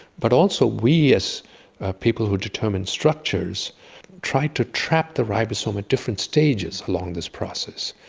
but also we as a people who determine structures tried to trap the ribosome at different stages along this process,